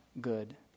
good